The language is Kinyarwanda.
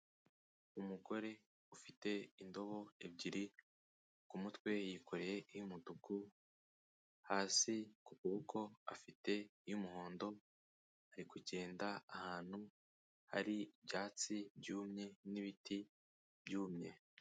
Umugore ufite indobo ebyiri ku mutwe, yikoreyeh iy'umutuku, hasi ku kuboko afite iy'umuhondo, ari kugenda ahantu hari ibyatsi byumye n'ibiti byumye.